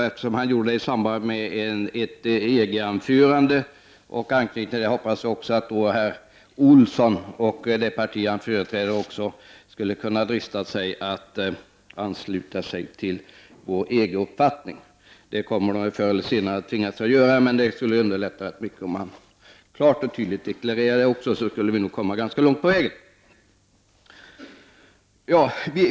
Eftersom han gjorde det i samband med att han talade om EG vill jag i anknytning till detta uttrycka min förhoppning att också herr Olsson och det parti han företräder skulle kunna drista sig att ansluta sig till moderaternas EG-uppfattning. Det kommer de förr eller senare att tvingas att göra. Men det skulle underlätta mycket om de också klart och tydligt deklarerade detta, då skulle vi komma ganska långt på vägen.